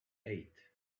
eight